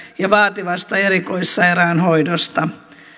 ja vaativasta erikoissairaanhoidosta